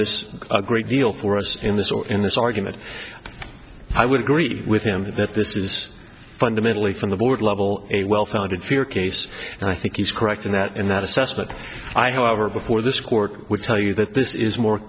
this a great deal for us in this or in this argument i would agree with him that this is fundamentally from the board level a well founded fear case and i think he is correct in that in that assessment i however before this court would tell you that this is more